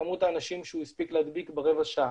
וכמות האנשים שהוא הספיק להדביק ברבע שעה.